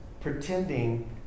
pretending